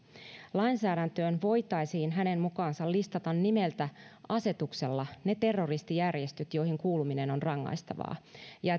lainsäädäntöön voitaisiin hänen mukaansa listata nimeltä asetuksella ne terroristijärjestöt joihin kuuluminen on rangaistavaa ja